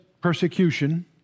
persecution